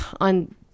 on